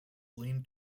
lean